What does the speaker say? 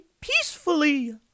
peacefully